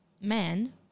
man